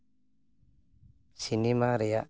cinema ᱨᱮᱭᱟᱜ